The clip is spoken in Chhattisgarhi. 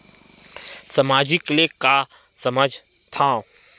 सामाजिक ले का समझ थाव?